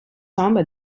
samba